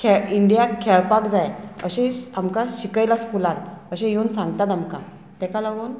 खेळ इंडियाक खेळपाक जाय अशें आमकां शिकयलां स्कुलान अशें येवन सांगतात आमकां तेका लागून